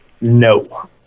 No